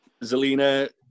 Zelina